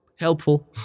helpful